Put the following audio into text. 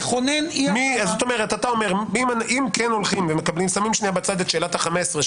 מכונן- -- כלומר אתה אומר אם כן שמים בצד את שאלת ה-15,